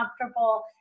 comfortable